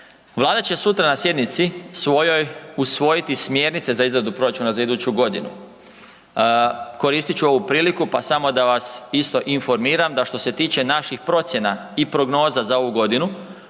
Vlada će sutra na sjednici svojoj usvojiti smjernice za izradu proračuna za iduću godinu. Koristit ću ovu priliku, pa samo da vas isto informiram da što se tiče naših procjena i prognoza za ovu godinu